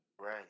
Right